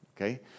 Okay